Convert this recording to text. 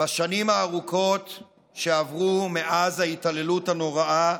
בשנים הארוכות שעברו מאז ההתעללות הנוראה,